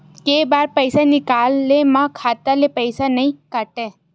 के बार पईसा निकले मा खाता ले पईसा नई काटे?